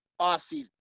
offseason